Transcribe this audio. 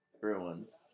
Bruins